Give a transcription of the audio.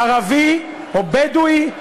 ערבי או בדואי,